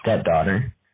stepdaughter